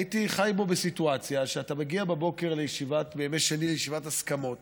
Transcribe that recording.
הייתי חי בו בסיטואציה שאתה מגיע בימי שני לישיבת הסכמות